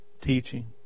teaching